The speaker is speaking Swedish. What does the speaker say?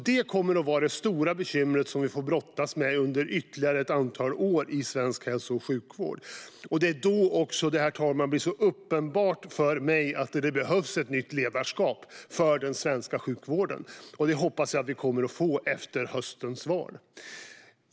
Detta kommer att vara de stora bekymmer som vi får brottas med under ytterligare ett antal år i svensk hälso och sjukvård. Det är därför, herr talman, det blir så uppenbart för mig att det behövs ett nytt ledarskap för den svenska sjukvården. Det hoppas jag att vi kommer att få efter höstens val.